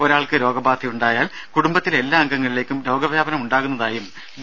ഒരാൾക്ക് രോഗബാധയുണ്ടായാൽ കുടുംബത്തിലെ എല്ലാ അംഗങ്ങളിലേക്കും രോഗവ്യാപനം ഉണ്ടാകുന്നതായും ഡി